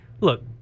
Look